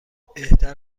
بهتر